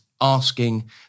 asking